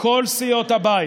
מכל סיעות הבית,